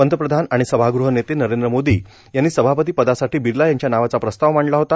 पंतप्रधान आणि सभागृह नेते नरेंद्र मोदी यांनी सभापती पदासाठी बिर्ला यांच्या नावाचा प्रस्ताव मांडला होता